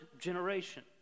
generation